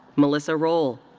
melissa roll.